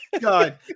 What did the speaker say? God